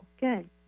good